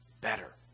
better